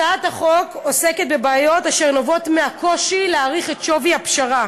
הצעת החוק עוסקת בבעיות אשר נובעות מהקושי להעריך את שווי הפשרה